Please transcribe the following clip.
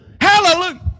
Hallelujah